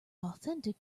authentic